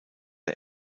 der